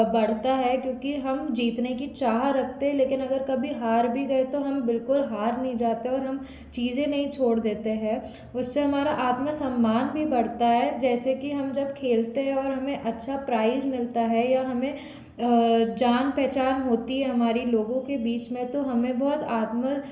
बढ़ता है क्योंकि हम जितने की चाह रखते लेकिन अगर कभी हार भी गए तो हम बिल्कुल हार नहीं जाते हैं और हम चीज़ें नहीं छोड़ देते हैं उसे हमारा आत्म सम्मान भी बढ़ता है जैसे कि हम जब खेलते हैं और हमें अच्छा प्राइज़ मिलता है या हमें जान पहचान होती है हमारी लोगों के बीच में तो हमें बहुत आत्म